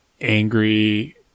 angry